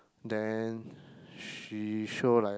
then she show like